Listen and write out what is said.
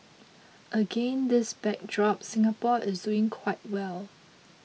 against this backdrop Singapore is doing quite well